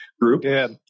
group